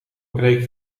preek